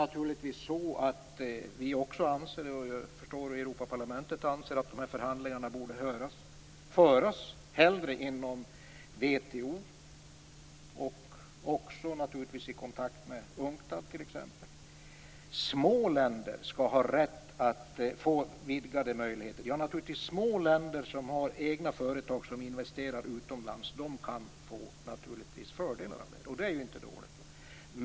Naturligtvis förstår vi också att Europaparlamentet anser att de här förhandlingarna hellre borde föras inom WTO och också i kontakt med t.ex. UNCTAD. Små länder skall har rätt att få vidgade möjligheter. Ja, små länder som har egna företag som investerar utomlands kan naturligtvis få fördelar av det, och det är inte dåligt.